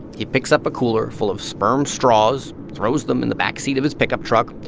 he picks up a cooler full of sperm straws, throws them in the back seat of his pickup truck,